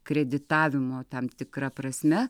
kreditavimo tam tikra prasme